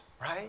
right